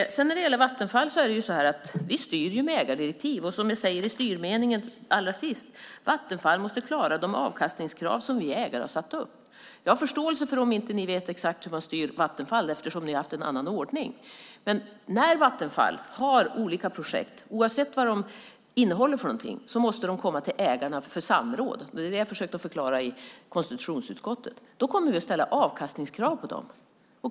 Vi styr Vattenfall med ägardirektiv. Allra sist i styrmeningen säger vi att Vattenfall måste klara de avkastningskrav som vi ägare har satt upp. Jag har förståelse för om ni inte exakt vet hur man styr Vattenfall eftersom ni har haft en annan ordning. När Vattenfall har olika projekt, oavsett vad de handlar om, måste de komma till ägarna för samråd. Det har jag försökt att förklara i konstitutionsutskottet. Då kommer vi att ställa avkastningskrav på dem.